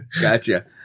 Gotcha